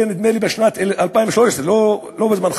נדמה לי שהן משנת 2013, זה לא מזמנך.